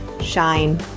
shine